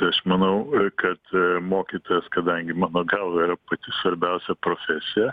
tai aš manau kad mokytojas kadangi mano galva yra pati svarbiausia profesija